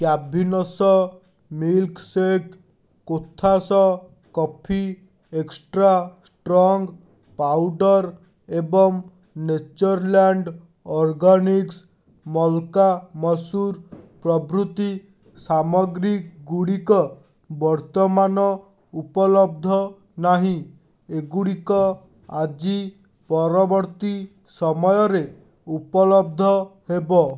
Cavin's milk shake Kothas coffee extra strong powder ଏବଂ Natureland organics ମଲ୍କା ମସୁର ପ୍ରଭୃତି ସାମଗ୍ରୀଗୁଡ଼ିକ ବର୍ତ୍ତମାନ ଉପଲବ୍ଧ ନାହିଁ ଏଗୁଡ଼ିକ ଆଜି ପରବର୍ତ୍ତୀ ସମୟରେ ଉପଲବ୍ଧ ହେବ